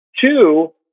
two